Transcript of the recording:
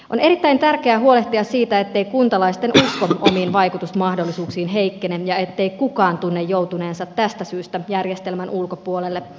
on erittäin tärkeää huolehtia siitä ettei kuntalaisten usko omiin vaikutusmahdollisuuksiin heikkene ja ettei kukaan tunne joutuneensa tästä syystä järjestelmän ulkopuolelle